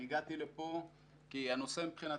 אני הגעתי לפה כי ה נושא בדמנו.